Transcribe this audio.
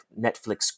Netflix